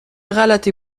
غلتی